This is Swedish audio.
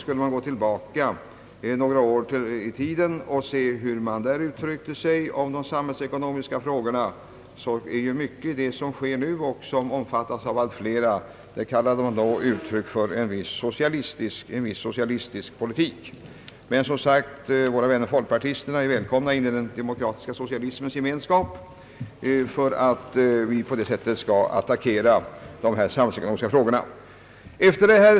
Går vi tillbaka några år i tiden finner vi att mycket av det, som nu sker inom samhällsekonomin och som omfattas och gillas av allt flera, tidigare betecknades som uttryck för en socialistisk politik. Men som sagt, de moderna folkpartisterna är välkomna i den demokratiska socialismens gemenskap, så att vi tillsammans kan attackera de samhällsekonomiska problemen på det sätt socialdemokratin propagerat i decennier.